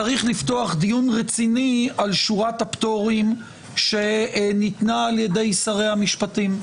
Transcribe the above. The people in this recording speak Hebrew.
צריך לפתוח דיון רציני על שורת הפטורים שניתנה על ידי שרי המשפטים.